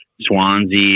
Swansea